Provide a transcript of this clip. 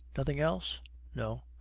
nothing else no.